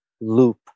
loop